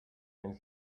and